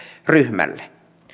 ryhmälle